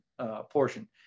portion